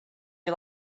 you